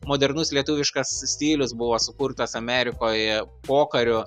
modernus lietuviškas stilius buvo sukurtas amerikoj pokariu